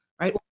right